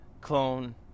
Clone